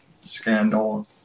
scandal